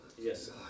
Yes